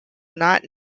not